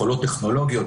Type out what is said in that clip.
יכולות טכנולוגיות,